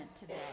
today